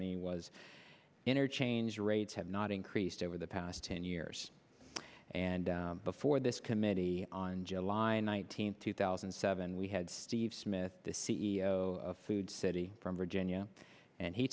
me was interchange rates have not increased over the past ten years and before this committee on july nineteenth two thousand and seven we had steve smith the c e o of food city from virginia and he